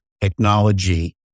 technology